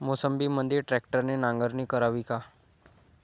मोसंबीमंदी ट्रॅक्टरने नांगरणी करावी का?